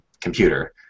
computer